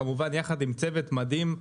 כמובן יחד עם צוות מדהים,